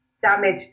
damage